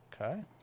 Okay